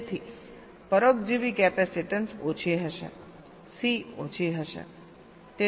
તેથી પરોપજીવી કેપેસીટીન્સ ઓછી હશે C ઓછી હશે